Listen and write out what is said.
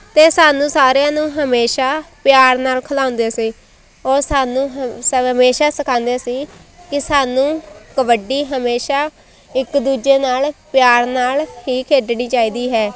ਅਤੇ ਸਾਨੂੰ ਸਾਰਿਆਂ ਨੂੰ ਹਮੇਸ਼ਾਂ ਪਿਆਰ ਨਾਲ ਖਲਾਉਂਦੇ ਸੀ ਉਹ ਸਾਨੂੰ ਹ ਸਮ ਹਮੇਸ਼ਾਂ ਸਿਖਾਉਂਦੇ ਸੀ ਕਿ ਸਾਨੂੰ ਕਬੱਡੀ ਹਮੇਸ਼ਾਂ ਇੱਕ ਦੂਜੇ ਨਾਲ ਪਿਆਰ ਨਾਲ ਹੀ ਖੇਡਣੀ ਚਾਹੀਦੀ ਹੈ